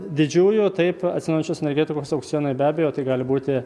didžiųjų taip atsinaujinančios energetikos aukcionai be abejo tai gali būti